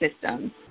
systems